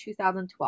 2012